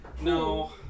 No